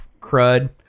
crud